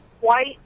white